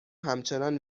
همچنان